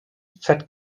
fett